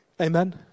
Amen